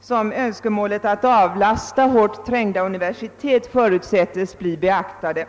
som önskemålet att avlasta hårt trängda universitet får förutsättas bli beaktade.